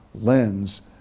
lens